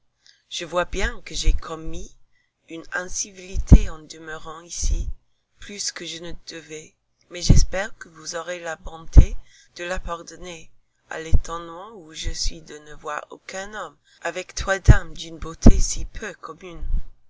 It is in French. je vois bien que j'ai commis une incivilité en demeurant ici plus que je ne devais mais j'espère que vous aurez la bonté de la pardonner à l'étonnement où je suis de ne voir aucun homme avec trois dames d'une beauté si peu commune